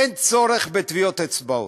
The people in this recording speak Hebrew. אין צורך בטביעות אצבעות.